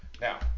Now